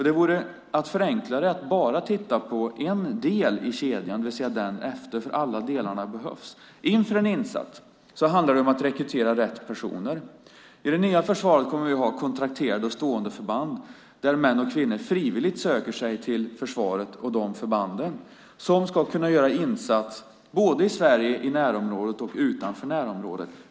Det vore att förenkla det att bara titta på en del i kedjan, det vill säga den efter. Alla delarna behövs nämligen. Inför en insats handlar det om att rekrytera rätt personer. I det nya försvaret kommer vi att ha kontrakterade och stående förband. Män och kvinnor söker sig frivilligt till försvaret och dessa förband, som ska kunna göra insatser både i Sverige, i närområdet och utanför närområdet.